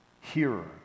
hearer